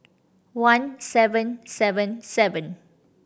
one seven seven seven